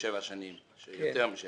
למעלה